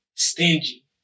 Stingy